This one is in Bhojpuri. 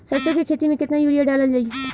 सरसों के खेती में केतना यूरिया डालल जाई?